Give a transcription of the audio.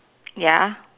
ya